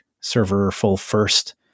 server-full-first